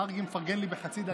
מרגי מפרגן לי בחצי דקה.